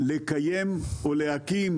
לקיים או להקים ,